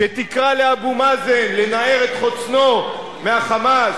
שתקרא לאבו מאזן לנער את חוצנו מה"חמאס",